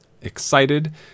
excited